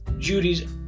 Judy's